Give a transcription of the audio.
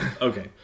okay